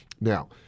Now